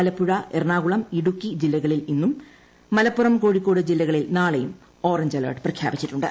ആലപ്പുഴ എറണാകുളം ഇടുക്കി ജില്ലകളിൽ ഇന്നും മലപ്പുറം കോഴിക്കോട് ജില്ലകളിൽ നാളെയും ഓറഞ്ച് അലർട്ട് പ്രഖ്യാപിച്ചിട്ടുണ്ട്